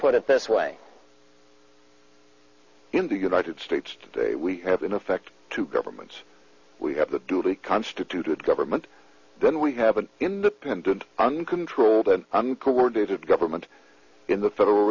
put it this way in the united states we have in effect two governments we have a duty constituted government then we have an independent uncontrolled and uncoordinated government in the federal